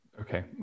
Okay